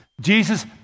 Jesus